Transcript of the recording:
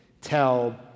tell